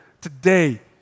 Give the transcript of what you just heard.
today